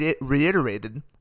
reiterated